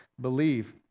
believe